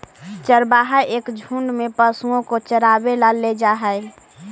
चरवाहा एक झुंड में पशुओं को चरावे ला ले जा हई